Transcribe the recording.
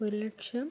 ഒരു ലക്ഷം